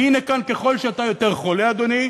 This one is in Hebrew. והנה כאן, ככל שאתה יותר חולה, אדוני,